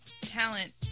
talent